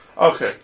Okay